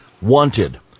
Wanted